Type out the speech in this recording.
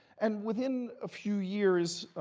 and within a few years,